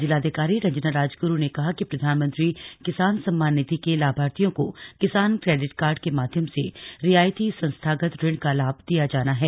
जिलाधिकारी रंजना राजगुरु ने कहा कि प्रधानमंत्री किसान सम्मान निधि के लाथार्थियों को किसान क्रेडिट के माध्यम से रियायती संस्थागत ऋण का लाभ दिया जाना है